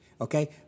Okay